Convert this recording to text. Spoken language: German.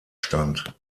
stand